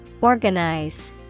Organize